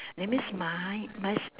that means mine must